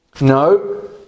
No